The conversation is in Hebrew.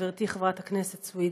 חברתי חברת הכנסת סויד,